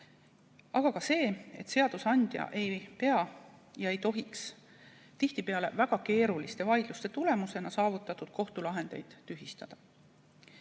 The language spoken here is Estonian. aga ka see, et seadusandja ei pea ja ei tohikski tihtipeale väga keeruliste vaidluste tulemusena saavutatud kohtulahendeid tühistada.